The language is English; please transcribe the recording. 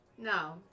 No